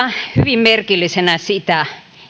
hyvin merkillisenä